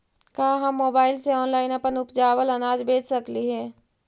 का हम मोबाईल से ऑनलाइन अपन उपजावल अनाज बेच सकली हे?